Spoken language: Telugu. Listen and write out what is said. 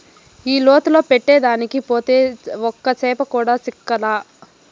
ఆ లోతులో పట్టేదానికి పోతే ఒక్క చేప కూడా చిక్కలా